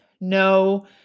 no